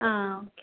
ആ ഓക്കെ